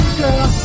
girl